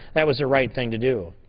that was the right thing to do.